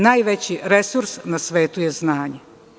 Najveći resurs na svetu je znanje.